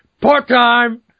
part-time